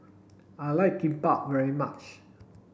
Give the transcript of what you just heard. I like Kimbap very much